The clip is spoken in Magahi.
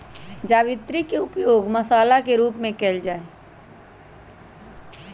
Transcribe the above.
जावित्री के उपयोग मसाला के रूप में कइल जाहई